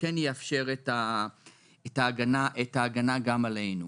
שכן יאפשר את ההגנה גם עלינו.